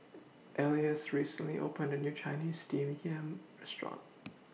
Elias recently opened A New Chinese Steamed Yam Restaurant